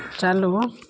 चालू